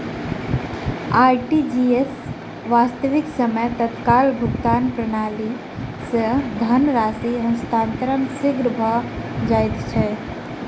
RTGS, वास्तविक समय तत्काल भुगतान प्रणाली, सॅ धन राशि हस्तांतरण शीघ्र भ जाइत अछि